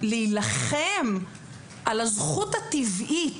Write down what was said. להילחם על הזכות הטבעית